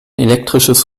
elektrisches